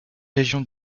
régions